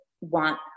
want